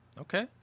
Okay